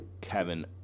Kevin